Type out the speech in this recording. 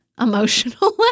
emotional